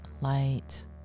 light